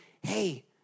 hey